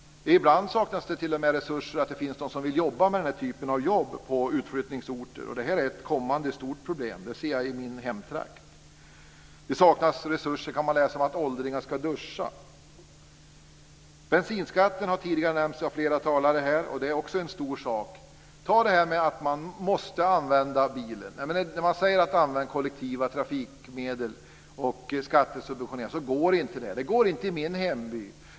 Ibland saknas det t.o.m. de som vill jobba med den här typen av arbete på utflyttningsorter. Det är ett kommande stort problem. Det ser jag i min hemtrakt. Det saknas resurser för att åldringar ska få duscha. Bensinskatten har nämnts av flera talare. Det är en stor sak. Ta det här att man måste använda bilen. Man säger att vi ska använda kollektiva trafikmedel och skattesubventionera det, men det går inte. Det går inte i min hemby.